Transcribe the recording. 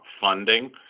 funding